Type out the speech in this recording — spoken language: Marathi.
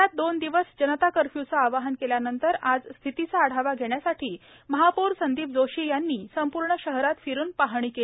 शहरात दोन दिवस जनता कर्फ्यचे आवाहन केल्यानंतर आज स्थितीचा आढावा घेण्यासाठी महापौर संदीप जोशी यांनी संपूर्ण शहरात फिरून पाहणी केली